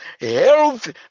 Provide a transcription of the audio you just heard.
health